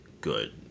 good